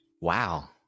Wow